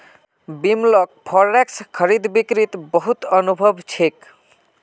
बिमलक फॉरेक्स खरीद बिक्रीत बहुत अनुभव छेक